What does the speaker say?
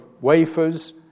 wafers